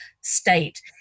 state